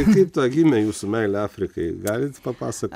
tai kaip ta gimė jūsų meilė afrikai galit papasakot